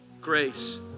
grace